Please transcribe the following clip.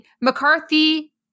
McCarthy